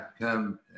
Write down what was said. come